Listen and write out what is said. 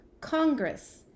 Congress